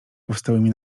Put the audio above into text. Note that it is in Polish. powstałymi